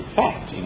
fact